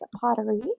Pottery